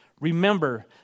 remember